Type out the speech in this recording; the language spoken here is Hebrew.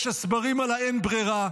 יש הסברים על האין-ברירה,